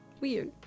Weird